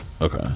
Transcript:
okay